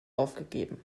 aufgegeben